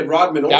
Rodman